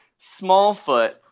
Smallfoot